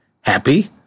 Happy